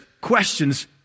questions